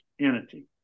entity